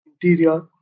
interior